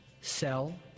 sell